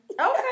Okay